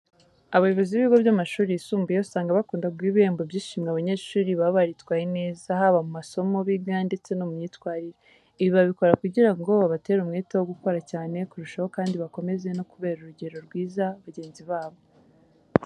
Abayobozi b'ibigo by'amashuri yisumbuye usanga bakunda guha ibihembo by'ishimwe abanyeshuri baba baritwaye neza. Haba mu masomo biga ndetse no mu myitwarire. Ibi babikora kugira ngo babatere umwete wo gukora cyane kurushaho kandi bakomeze no kubera urugero rwiza bagenzi babo.